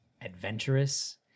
adventurous